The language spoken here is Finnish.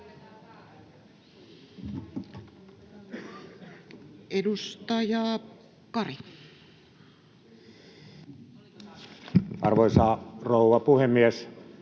Edustaja Kari. Arvoisa rouva puhemies!